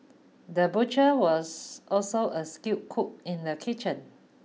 the butcher was also a skilled cook in the kitchen